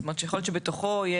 זאת אומרת, יכול להיות שבתוכו יש,